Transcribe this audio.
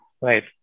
Right